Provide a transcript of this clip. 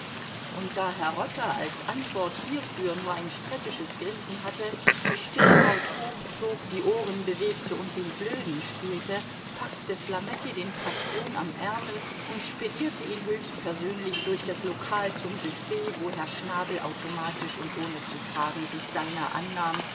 und da herr rotter als antwort hierfür nur ein spöttisches grinsen hatte die stirnhaut hochzog die ohren bewegte und den blöden spielte packte flametti den patron am ärmel und spedierte ihn höchst persönlich durch das lokal zum büfett wo herr schnabel automatisch und ohne zu fragen sich seiner annahm